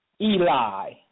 Eli